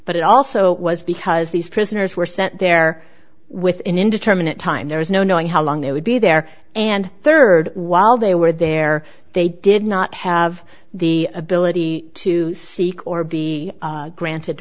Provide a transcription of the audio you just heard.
but it also was because these prisoners were sent there with an indeterminate time there was no knowing how long it would be there and third while they were there they did not have the ability to seek or be granted